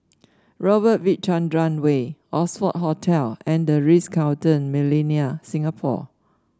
Robert V Chandran Way Oxford Hotel and The Ritz Carlton Millenia Singapore